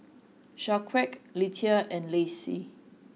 Shaquan Letta and Lacie